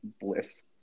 bliss